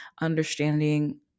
understanding